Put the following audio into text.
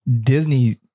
Disney